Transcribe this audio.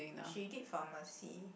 she did pharmacy